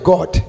God